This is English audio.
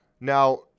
Now